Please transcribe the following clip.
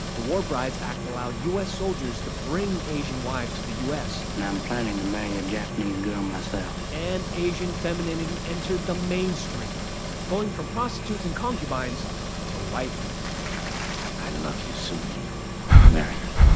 the war brides act allowed u s. soldiers to bring asian wives to the u s and i'm planning to marry a japanese girl myself and asian femininity entered the mainstream going from prostitutes and concubines to wifeys i love you, soon-lee. will you marry me?